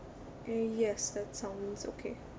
yes that sounds okay